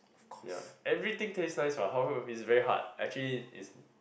ya everything taste nice what how is very hard actually is